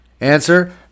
Answer